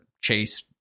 Chase